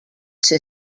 ser